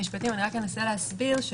הבאתם את זה כסעיף בחוק,